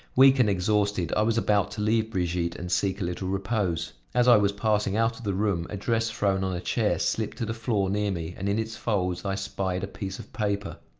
weak and exhausted i was about to leave brigitte, and seek a little repose. as i was passing out of the room, a dress thrown on a chair slipped to the floor near me, and in its folds i spied a piece of paper.